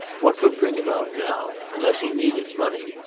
what would bring him out now? unless he needed money.